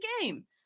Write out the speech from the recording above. game